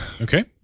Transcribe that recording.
Okay